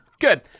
Good